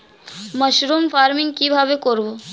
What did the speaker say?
Mushroom farming কি ভাবে করব?